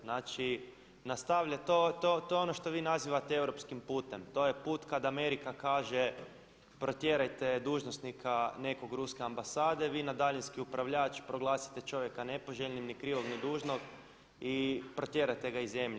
Znači nastavlja, to je ono što vi nazivate europskim putem, to je put kada Amerika kaže protjerajte dužnosnika nekog ruske ambasade, vi na daljinski upravljač proglasite čovjeka nepoželjnim ni krivog ni dužnog i protjerate ga iz zemlje.